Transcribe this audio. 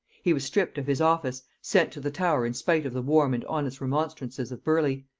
he was stripped of his office, sent to the tower in spite of the warm and honest remonstrances of burleigh,